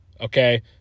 Okay